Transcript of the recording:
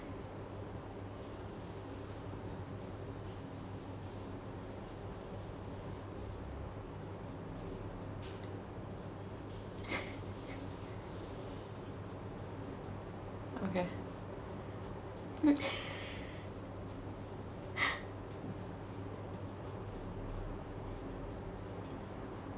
okay